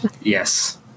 yes